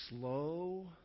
slow